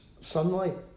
sunlight